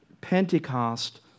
Pentecost